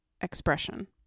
expression